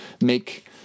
make